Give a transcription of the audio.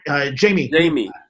Jamie